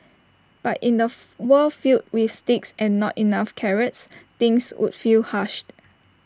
but in A world filled with sticks and not enough carrots things would feel harsh